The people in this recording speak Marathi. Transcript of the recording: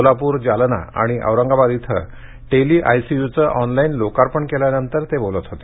सोलापूर जालना आणि औरंगाबाद इथं टेली आयसीयूचं ऑनलाईन लोकार्पण केल्यानंतर ते बोलत होते